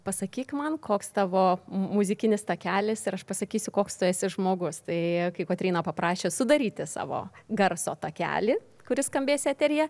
pasakyk man koks tavo muzikinis takelis ir aš pasakysiu koks tu esi žmogus tai kai kotryna paprašė sudaryti savo garso takelį kuris skambės eteryje